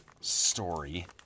story